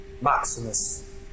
Maximus